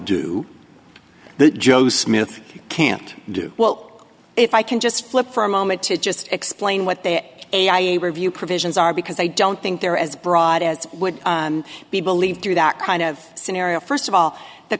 do that joe smith can't do well if i can just flip for a moment to just explain what they review provisions are because i don't think they're as broad as it would be believe through that kind of scenario first of all the